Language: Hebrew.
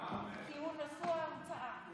כי הוא נשוא ההצעה.